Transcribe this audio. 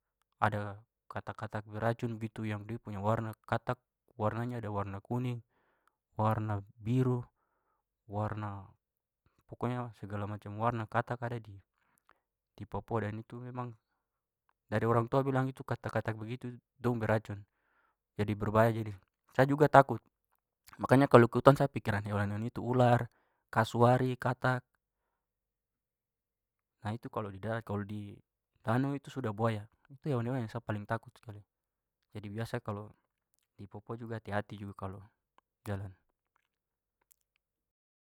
Ada katak-katak beracun begitu yang dia punya warna. Katak warnanya ada warna kuning, warna biru, warna- pokoknya segala macam warna katak ada di papua. Dan itu memang dari orang tua bilang itu katak-katak begitu dong beracun. Jadi berbahaya jadi sa juga takut. Makanya kalau ke hutan sa pikiran hewan-hewan yang itu, ular, kasuari, katak. Ha, itu kalau di darat. Kalau di danau itu sudah, buaya. Itu hewan-hewan yang sa paling takut sekali. Jadi biasa kalau di papua juga hati-hati juga kalau jalan.